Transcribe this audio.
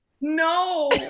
No